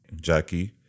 Jackie